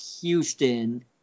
Houston